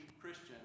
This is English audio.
Christian